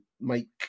make